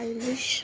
Eilish